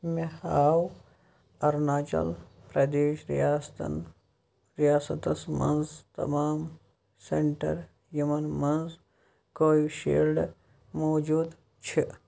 مےٚ ہاو ارناچل پرٛدیش ریاستن ریاستس مَنٛز تمام سینٹر یِمن منٛز کووِشیٖلڈٕ موجوٗد چھِ